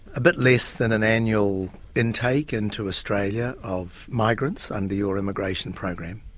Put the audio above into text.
a bit less than an annual intake into australia of migrants under your immigration program.